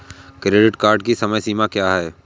Credit card की समय सीमा क्या है?